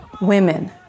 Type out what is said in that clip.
women